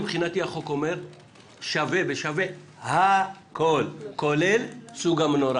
החוק אומר שווה בשווה הכל, כולל סוג המנורה